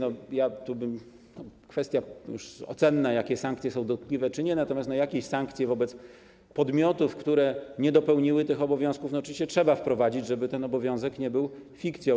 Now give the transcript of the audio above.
To już kwestia ocenna, czy sankcje są dotkliwie, czy nie, natomiast jakieś sankcje wobec podmiotów, które nie dopełniły tych obowiązków, oczywiście trzeba wprowadzić, żeby ten obowiązek nie był fikcją.